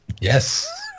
Yes